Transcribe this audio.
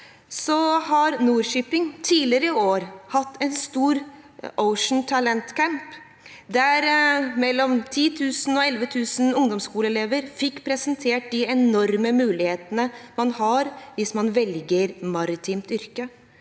har Nor-Shipping tidligere i år hatt en stor Ocean Talent Camp, der mellom 10 000 og 11 000 ungdomsskoleelever fikk presentert de enorme mulighetene man har hvis man velger et maritimt yrke.